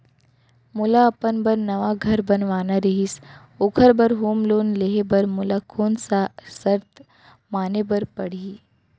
मोला अपन बर नवा घर बनवाना रहिस ओखर बर होम लोन लेहे बर मोला कोन कोन सा शर्त माने बर पड़ही?